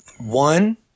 One